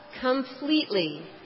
completely